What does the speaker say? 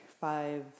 five